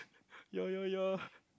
ya ya ya